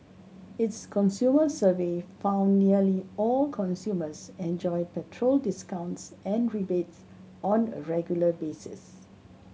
its consumer survey found nearly all consumers enjoy petrol discounts and rebates on a regular basis